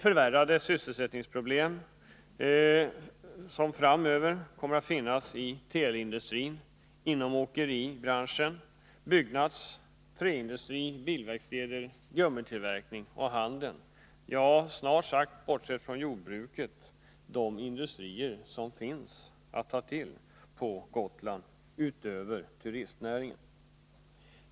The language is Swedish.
Förvärrade sysselsättningsproblem framöver kommer att finnas i teleindustrin, inom åkeri-, byggnadsoch träindustribranscherna, bilverkstäder, gummitillverkning och handel, ja, snart sagt bortsett från jordbruket inom alla de näringar som finns att ta till på Gotland utöver turistnäringen.